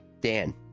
Dan